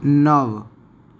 નવ